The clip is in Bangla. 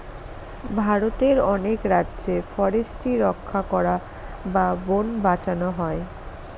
ভারতের অনেক রাজ্যে ফরেস্ট্রি রক্ষা করা বা বোন বাঁচানো হয়